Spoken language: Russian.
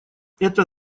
это